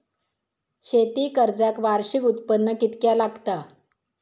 शेती कर्जाक वार्षिक उत्पन्न कितक्या लागता?